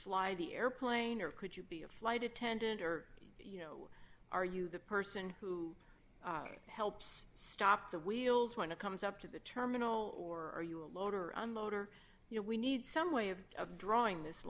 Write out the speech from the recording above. slide the airplane or could you be a flight attendant are you are you the person who helps stop the wheels when it comes up to the terminal or are you a load or unload or you know we need some way of drawing this